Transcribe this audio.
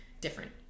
different